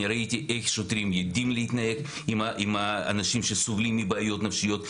אני ראיתי איך שוטרים יודעים להתנהג עם אנשים שסובלים מבעיות נפשיות,